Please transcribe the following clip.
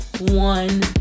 one